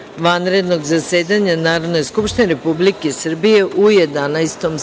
vanrednog zasedanja Narodne skupštine Republike Srbije u Jedanaestom